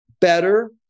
better